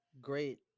great